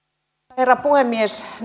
herra puhemies